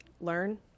learn